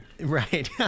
Right